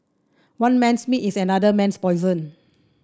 one man's meat is another man's poison